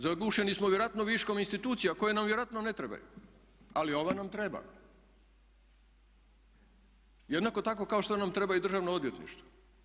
Zagušeni smo vjerojatno viškom institucija koje nam vjerojatno ne trebaju, ali ova nam treba jednako tako kao što nam treba i Državno odvjetništvo.